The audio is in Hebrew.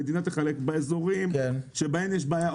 המדינה תחלק באזורים שבהם יש בעיה.